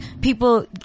people